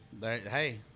Hey